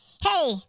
Hey